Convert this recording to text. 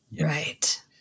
Right